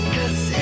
Cause